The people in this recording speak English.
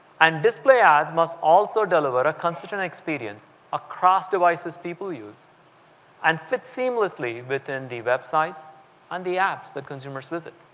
and display ads must also deliver a consistent experience across devices people use and fit seam lessly within the websites and the apps that consumers visit.